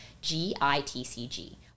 G-I-T-C-G